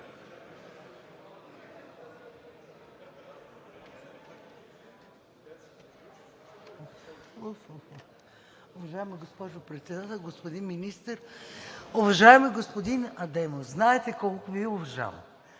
Уважаема госпожо Председател, господин Министър! Уважаеми господин Адемов, знаете колко Ви уважавам.